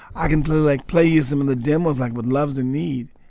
i can play, like, play you some of the demos, like, when love's in need.